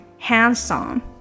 Handsome